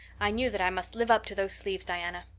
i knew that i must live up to those sleeves, diana.